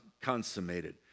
consummated